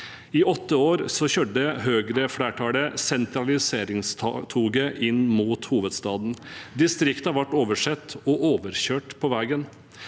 I åtte år kjørte Høyre-flertallet sentraliseringstoget inn mot hovedstaden. Distriktene ble oversett og overkjørt på veien.